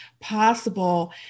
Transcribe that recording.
possible